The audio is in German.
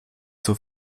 zur